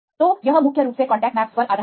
तो यह मुख्य रूप से कांटेक्ट मैपस पर आधारित है